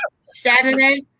Saturday